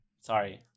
Sorry